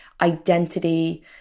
identity